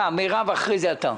מירב כהן ואחרי כן אתה.